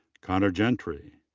connor gentry.